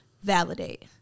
validate